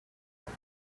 life